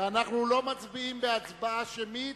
ואנחנו לא מצביעים בהצבעה שמית,